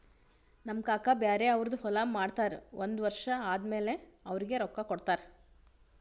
ನಮ್ ಕಾಕಾ ಬ್ಯಾರೆ ಅವ್ರದ್ ಹೊಲಾ ಮಾಡ್ತಾರ್ ಒಂದ್ ವರ್ಷ ಆದಮ್ಯಾಲ ಅವ್ರಿಗ ರೊಕ್ಕಾ ಕೊಡ್ತಾರ್